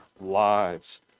lives